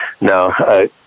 no